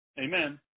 Amen